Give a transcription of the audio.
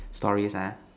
stories ah